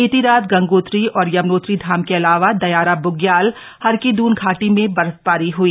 बीती रात गंगोत्री और यमुनोत्री धाम के अलावा दयारा ब्ग्याल हरकीदन घाटी में बर्फबारी हई